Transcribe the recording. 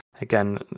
Again